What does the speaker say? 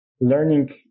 learning